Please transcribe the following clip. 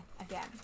again